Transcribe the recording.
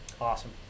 Awesome